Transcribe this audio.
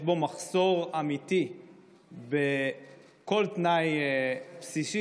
יש בו מחסור אמיתי בכל תנאי בסיסי